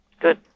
good